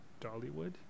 Dollywood